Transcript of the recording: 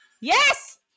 Yes